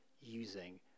using